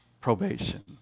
probation